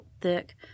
thick